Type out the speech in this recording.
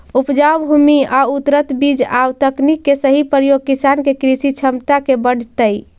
उपजाऊ भूमि आउ उन्नत बीज आउ तकनीक के सही प्रयोग किसान के कृषि क्षमता के बढ़ऽतइ